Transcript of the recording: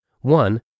One